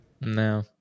No